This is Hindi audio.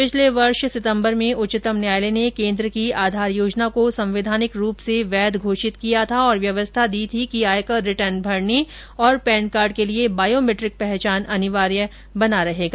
पिछले वर्ष सितंबर में उच्चतम न्यायालय ने कोन्द्र की आधार योजना को संवैधानिक रूप से वैध घोषित किया था और व्यवस्था दी थी कि आयकर रिटर्न भरने तथा पैन कार्ड के लिए बायोमेट्रिक पहचान अनिवार्य बना रहेगा